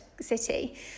city